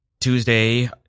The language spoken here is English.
Tuesday